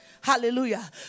Hallelujah